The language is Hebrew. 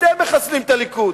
אתם מחסלים את הליכוד.